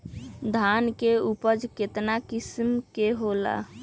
धान के उपज केतना किस्म के होला?